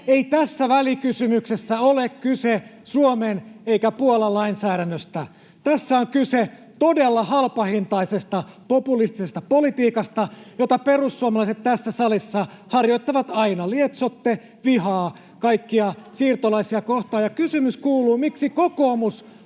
Ei tässä välikysymyksessä ole kyse Suomen eikä Puolan lainsäädännöstä. [Leena Meri: Aha!] Tässä on kyse todella halpahintaisesta populistisesta politiikasta, jota perussuomalaiset tässä salissa harjoittavat aina. Lietsotte vihaa kaikkia siirtolaisia kohtaan. Kysymys kuuluu, miksi kokoomus